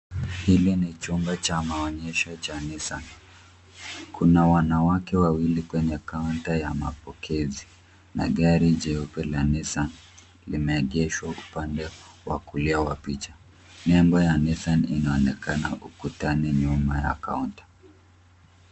Hili ni chumba cha maonyesho cha Nissan. Kuna wanawake wawili kwenye kaunta ya mapokezi na gari jeupe la Nissan limeegeshwa upande wa kulia wa picha. Nembo ya Nissan inaonekana ukutani nyuma ya kaunta.